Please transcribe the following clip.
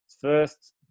first